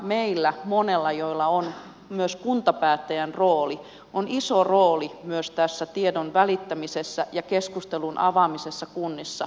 meillä monella joilla on myös kuntapäättäjän rooli on iso rooli myös tässä tiedon välittämisessä ja keskustelun avaamisessa kunnissa